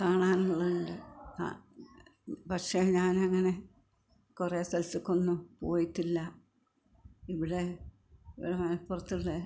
കാണാനുള്ളത് ഉണ്ട് പക്ഷെ ഞാൻ അങ്ങനെ കുറേ സ്ഥലത്തേക്കൊന്നും പോയിട്ടില്ല ഇവിടെ ഇവിടെ മലപ്പുറത്തുള്ള